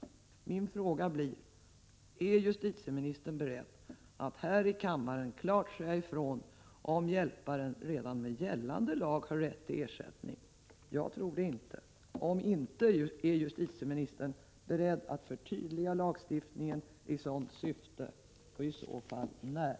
Min fråga blir: Är justitieministern beredd att här i kammaren klart säga ifrån om hjälparen redan med gällande lag har rätt till ersättning? Jag tror det inte! Om så inte är fallet, är justitieministern då beredd att förtydliga lagstiftningen i sådant syfte och i så fall när?